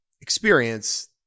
experience